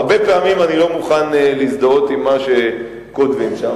הרבה פעמים אני לא מוכן להזדהות עם מה שכותבים שם,